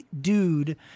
dude